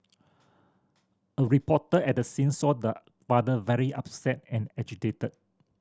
a reporter at the scene saw the father very upset and agitated